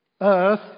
Earth